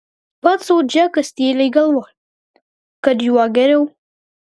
pats sau džekas tyliai galvojo kad juo geriau